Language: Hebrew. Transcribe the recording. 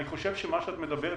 אני חושב שמה שאת מדברת,